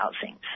housing